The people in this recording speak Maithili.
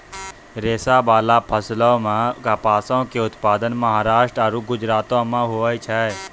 रेशाबाला फसलो मे कपासो के उत्पादन महाराष्ट्र आरु गुजरातो मे होय छै